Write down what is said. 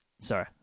sorry